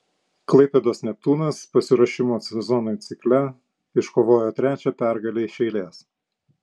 klaipėdos neptūnas pasiruošimo sezonui cikle iškovojo trečią pergalę iš eilės